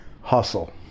hustle